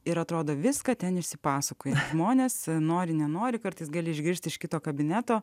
ir atrodo viską ten išsipasakoja žmonės nori nenori kartais gali išgirsti iš kito kabineto